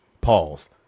pause